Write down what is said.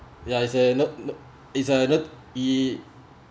ya it's uh not it's uh not he